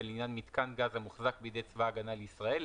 לעניין מיתקן גז המוחזק בידי צבא הגנה לישראל,